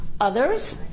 others